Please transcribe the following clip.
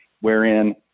wherein